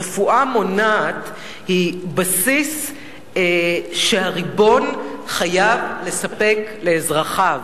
רפואה מונעת היא בסיס שהריבון חייב לספק לאזרחיו.